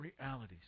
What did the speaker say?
realities